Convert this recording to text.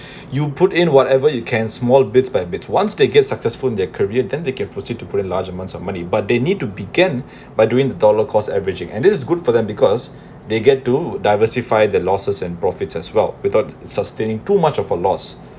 you put in whatever you can small bit by bit once they get successful in their career then they can proceed to put in large amounts of money but they need to begin by doing the dollar cost averaging and this is good for them because they get to diversify the losses and profits as well without sustaining too much of a loss